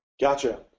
Gotcha